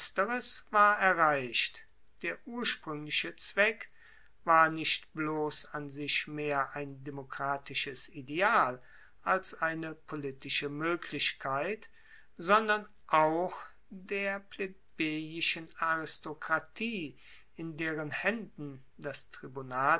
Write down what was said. erreicht der urspruengliche zweck war nicht bloss an sich mehr ein demokratisches ideal als eine politische moeglichkeit sondern auch der plebejischen aristokratie in deren haenden das tribunat